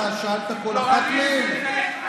אתה שאלת כל אחת מהן?